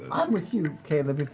i'm with you caleb.